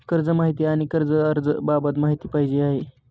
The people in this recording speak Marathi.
कर्ज माहिती आणि कर्ज अर्ज बाबत माहिती पाहिजे आहे